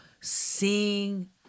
sing